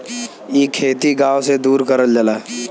इ खेती गाव से दूर करल जाला